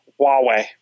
Huawei